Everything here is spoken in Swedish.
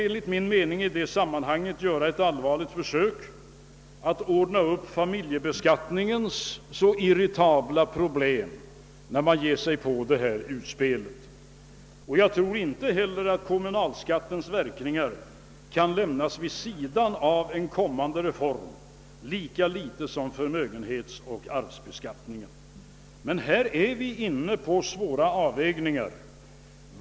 Enligt min mening bör man i sammanhanget göra ett allvarligt försök att ordna upp familjebeskattningens irriterande problem, och jag tror inte heller att kommunalskattens verkningar kan lämnas åsido vid en kommande reform, lika litet som förmögenhetsoch arvsbeskattningen. Men här är vi inne på svåra avvägningar.